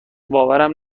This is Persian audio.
باورم